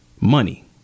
money